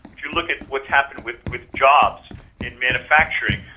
if you look at what's happened with with jobs in manufacturing,